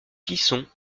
plisson